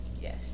Yes